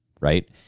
Right